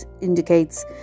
indicates